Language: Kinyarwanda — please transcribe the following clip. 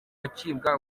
acibwa